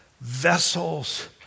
vessels